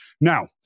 Now